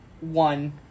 one